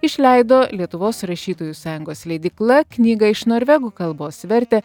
išleido lietuvos rašytojų sąjungos leidykla knygą iš norvegų kalbos vertė